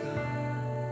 God